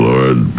Lord